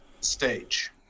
stage